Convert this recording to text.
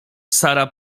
sara